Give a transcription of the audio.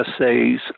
essays